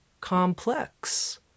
complex